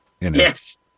Yes